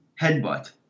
headbutt